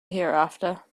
hereafter